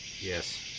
Yes